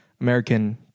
American